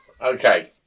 Okay